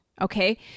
Okay